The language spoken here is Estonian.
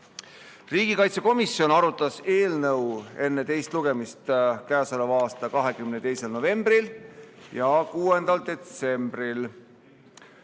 Riigikaitsekomisjon arutas eelnõu enne teist lugemist k.a 22. novembril ja 6. detsembril.